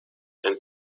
and